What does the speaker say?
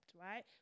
right